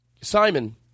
Simon